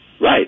Right